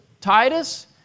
Titus